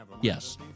Yes